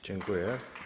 Dziękuję.